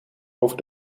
over